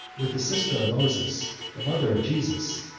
with the sister of moses, the mother of jesus,